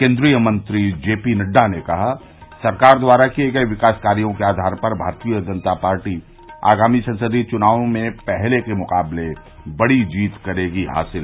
केन्द्रीय मंत्री जेपी नड़्डा ने कहा सरकार द्वारा किये गये विकास कार्यो के आधार पर भारतीय जनता पार्टी आगामी संसदीय चुनाव में पहले के मुकाबले बड़ी जीत करेगी हासिल